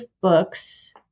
books